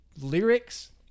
lyrics